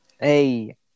Hey